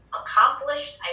accomplished